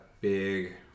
big